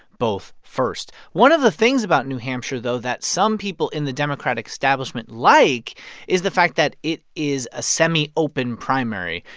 both first? one of the things about hampshire, though, that some people in the democratic establishment like is the fact that it is a semi-open primary,